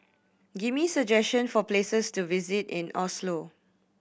give me suggestion for places to visit in Oslo